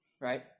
right